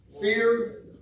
fear